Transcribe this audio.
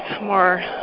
more